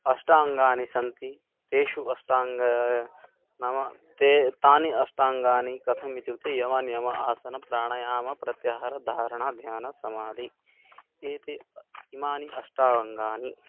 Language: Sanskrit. अष्टाङ्गानि सन्ति तेषु अष्टाङ्गं नाम ते तानि अष्टाङ्गानि कथम् इत्युक्ते यमनियम आसनप्राणायामप्रत्याहारधारणाध्यानसमाधयः एते इमानि अष्टावङ्गानि